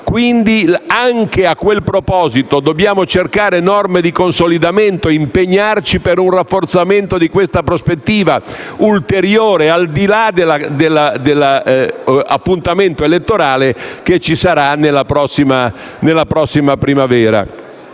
Quindi, anche a quel proposito dobbiamo cercare norme di consolidamento e impegnarci per un rafforzamento di questa prospettiva ulteriore al di là dell'appuntamento elettorale che ci sarà nella prossima primavera.